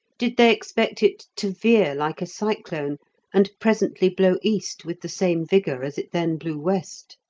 did they expect it to veer like a cyclone and presently blow east with the same vigour as it then blew west?